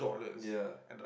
ya